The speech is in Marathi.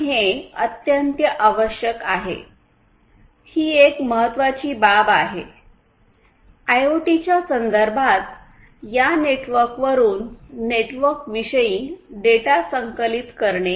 आणि हे अत्यंत आवश्यक आहे ही एक महत्वाची बाब आहे आयओटीच्या संदर्भात या नेटवर्कवरून नेटवर्कविषयी डेटा संकलित करणे